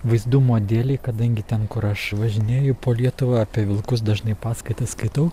vaizdumo dėlei kadangi ten kur aš važinėju po lietuvą apie vilkus dažnai paskaitas skaitau